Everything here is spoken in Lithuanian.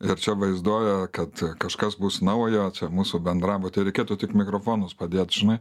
ir čia vaizduoja kad kažkas bus naujo čia mūsų bendrabuty reikėtų tik mikrofonus padėt žinai